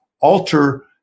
alter